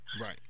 Right